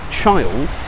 child